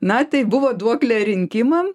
na tai buvo duoklė rinkimam